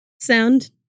Sound